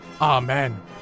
amen